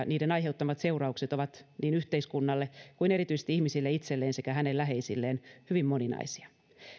niiden aiheuttamat seuraukset ovat niin yhteiskunnalle kuin erityisesti ihmisille itselleen sekä heidän läheisilleen hyvin moninaisia